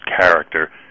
character